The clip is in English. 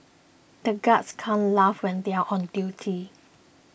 the guards can't laugh when they are on duty